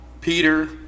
Peter